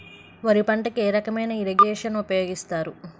వరి పంటకు ఏ రకమైన ఇరగేషన్ ఉపయోగిస్తారు?